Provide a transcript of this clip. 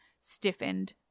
stiffened